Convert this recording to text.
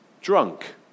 drunk